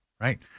right